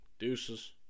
Deuces